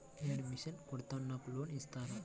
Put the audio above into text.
నేను మిషన్ కుడతాను నాకు లోన్ ఇస్తారా?